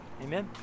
Amen